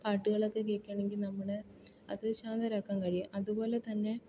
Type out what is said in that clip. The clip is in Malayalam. പാട്ടുകളൊക്കെ കേൾക്കുകയാണെങ്കിൽ നമ്മളെ അത് ശാന്തരാക്കാൻ കഴിയും അതുപോലെ തന്നെ